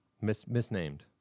misnamed